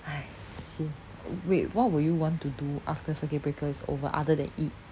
!hais! sian wait what would you want to do after circuit breaker is over other than eat